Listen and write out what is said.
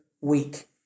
week